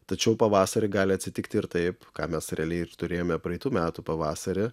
tačiau pavasarį gali atsitikti ir taip ką mes realiai ir turėjome praeitų metų pavasarį